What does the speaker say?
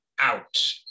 out